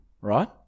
Right